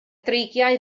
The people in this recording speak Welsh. dreigiau